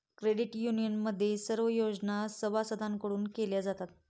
credit युनियनमध्ये सर्व योजना सभासदांकडून केल्या जातात